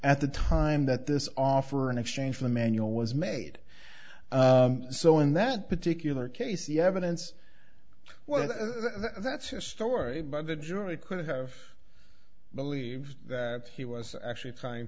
at the time that this offer in exchange for emanuel was made so in that particular case the evidence well that's a story by the jury could have believed that he was actually